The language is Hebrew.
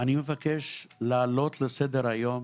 אני מבקש להעלות לסדר היום